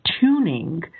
tuning